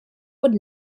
would